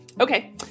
Okay